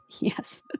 Yes